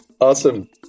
Awesome